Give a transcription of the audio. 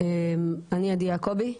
אני עדי יעקובי.